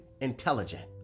intelligent